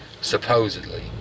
supposedly